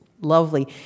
lovely